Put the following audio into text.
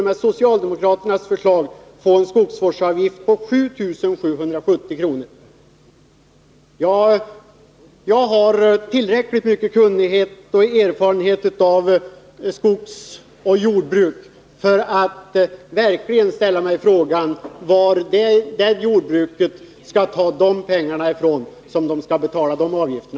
Med socialdemokraternas förslag skulle man få en skogsvårdsavgift på 7770 kr. Jag har tillräckligt stor kunnighet och erfarenhet av jordoch skogsbruk för att ställa mig frågan, varifrån det jordbruket skall ta pengarna till den avgiften.